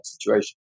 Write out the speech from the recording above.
situation